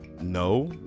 no